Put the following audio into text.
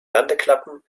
landeklappen